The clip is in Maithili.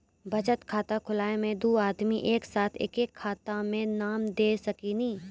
बचत खाता खुलाए मे दू आदमी एक साथ एके खाता मे नाम दे सकी नी?